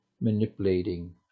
manipulating